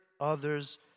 others